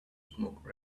smoke